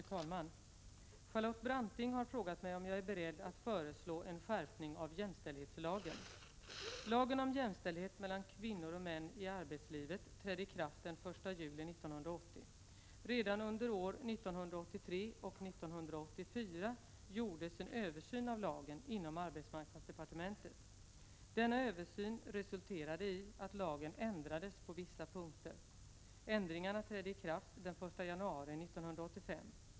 Fru talman! Charlotte Branting har frågat mig om jag är beredd att föreslå en skärpning av jämställdhetslagen. Lagen om jämställdhet mellan kvinnor och män i arbetslivet trädde i kraft den 1 juli 1980. Redan under åren 1983 och 1984 gjordes en översyn av lagen inom arbetsmarknadsdepartementet. Denna översyn resulterade i att lagen ändrades på vissa punkter. Ändringarna trädde i kraft den 1 januari 1985.